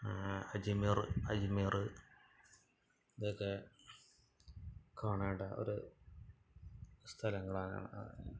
അജ്മീർ അജ്മീർ അതൊക്കെ കാണേണ്ട ഒരു സ്ഥലങ്ങളാണ്